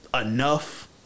enough